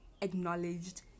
acknowledged